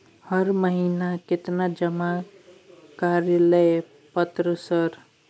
हर महीना केतना जमा कार्यालय पत्र सर?